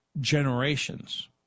generations